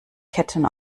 ketten